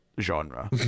genre